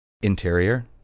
Interior